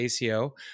ACO